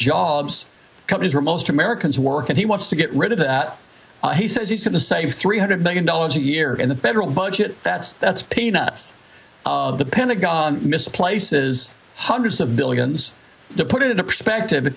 jobs companies where most americans work and he wants to get rid of that he says he's going to save three hundred billion dollars a year in the federal budget that's that's peanuts the pentagon misplaces hundreds of billions to put into perspective